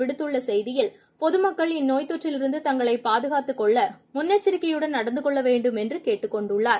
விடுத்துள்ளசெய்தியில் பொதமக்கள் இந்நோய்த் தொற்றிலிருந்து இதுகுறித்துஅவர் தங்களைபாதுகாத்துக் கொள்ளமுன்னெச்சரிக்கையுடன் நடந்துகொள்ளவேண்டும் என்றுகேட்டுக் கொண்டுள்ளார்